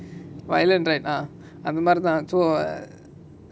violent right ah அந்தமாரிதா:anthamaritha so err